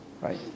right